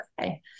okay